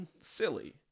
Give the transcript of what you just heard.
silly